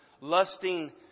lusting